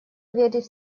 верит